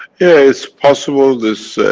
it's possible this.